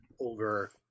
over